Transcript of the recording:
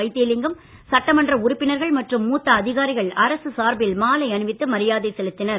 வைத்திலிங்கம் சட்டமன்ற உறுப்பினர்கள் மற்றும் மூத்த அதிகாரிகள் அரசு சார்பில் மாலை அணிவித்து மரியாதை செலுத்தினர்